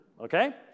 Okay